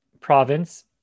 province